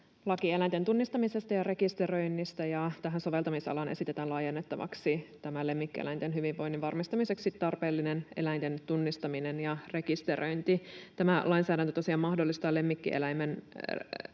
lakia eläinten tunnistamisesta ja rekisteröinnistä, ja tähän soveltamisalaan esitetään laajennettavaksi tämä lemmikkieläinten hyvinvoinnin varmistamiseksi tarpeellinen eläinten tunnistaminen ja rekisteröinti. Tämä lainsäädäntö tosiaan mahdollistaa lemmikkieläimien